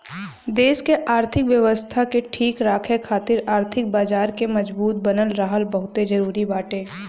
देस के आर्थिक व्यवस्था के ठीक राखे खातिर आर्थिक बाजार के मजबूत बनल रहल बहुते जरुरी बाटे